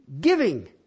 giving